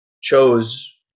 chose